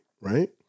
right